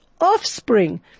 offspring